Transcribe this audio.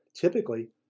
Typically